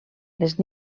les